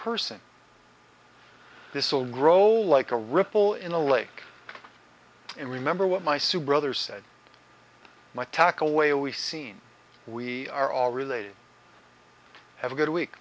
person this will grow like a ripple in a lake and remember what my soup brother said my tack away we seen we are all related have a good week